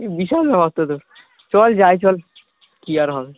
এ বিশাল ব্যবস্থা তো চল যাই চল কী আর হবে